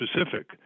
specific